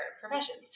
professions